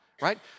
right